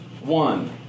One